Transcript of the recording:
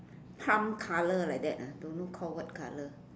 color like that ah don't know call what color